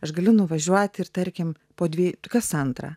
aš galiu nuvažiuot ir tarkim po dvi kas antrą